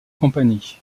company